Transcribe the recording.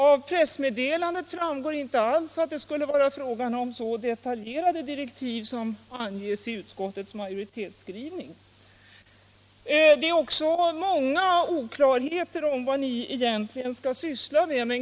Av pressmeddelandet framgår inte alls att det skulle vara fråga om så detaljerade direktiv som anges i utskottets majoritetsskrivning. Det råder också många oklarheter om vad gruppen egentligen skall syssla med.